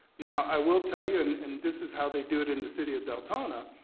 now i will tell you and and this is how they do it in the city of deltona,